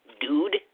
dude